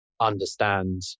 understand